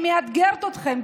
אני מאתגרת אתכם,